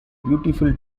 beautiful